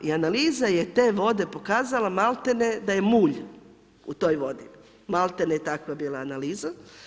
I analiza je te vode pokazala maltene da je mulj u toj vodi, maltene je takva bila analiza.